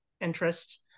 interest